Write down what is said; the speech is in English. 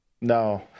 No